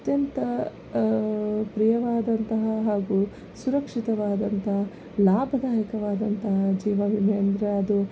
ಅತ್ಯಂತ ಪ್ರಿಯವಾದಂತಹ ಹಾಗೂ ಸುರಕ್ಷಿತವಾದಂತಹ ಲಾಭದಾಯಕವಾದಂತಹ ಜೀವವಿಮೆ ಅಂದರೆ ಅದು